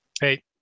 Hey